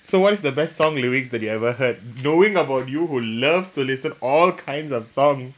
so what is the best song lyrics that you ever heard knowing about you who loves to listen all kinds of songs